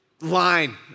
line